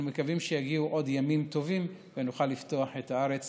אנחנו מקווים שעוד יגיעו ימים טובים ונוכל לפתוח את הארץ